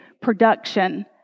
production